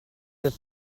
the